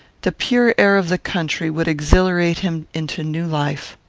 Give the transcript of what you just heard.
the pure air of the country would exhilarate him into new life.